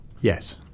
Yes